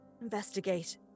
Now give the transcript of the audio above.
investigate